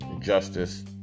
justice